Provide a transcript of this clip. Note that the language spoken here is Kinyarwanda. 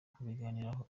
kubiganiraho